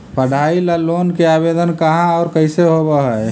पढाई ल लोन के आवेदन कहा औ कैसे होब है?